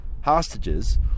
hostages